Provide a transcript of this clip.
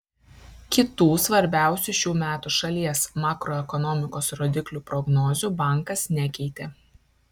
kitų svarbiausių šių metų šalies makroekonomikos rodiklių prognozių bankas nekeitė